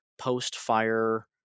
post-fire